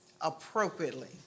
appropriately